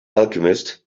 alchemist